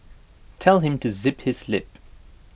tell him to zip his lip